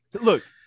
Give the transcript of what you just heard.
look